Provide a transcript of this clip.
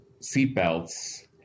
seatbelts